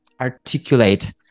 articulate